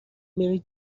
میری